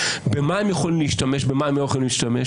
במה הם יכולים להשתמש,